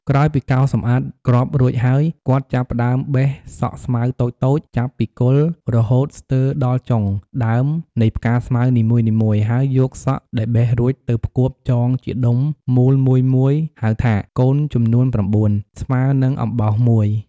ក្រោយពីកោសសម្អាតគ្រាប់រួចហើយ គាត់ចាប់ផ្តើមបេះសក់ស្មៅតូចៗចាប់ពីគល់រហូតស្ទើដល់ចុងដើមនៃផ្កាស្មៅនីមួយៗ ហើយយកសក់ដែលបេះរួចទៅផ្គួបចងជាដុំមូលមួយៗហៅថា កូនចំនួន៩ ស្មើនឹងអំបោសមួយ។